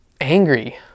angry